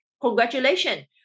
congratulations